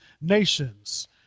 nations